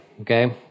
Okay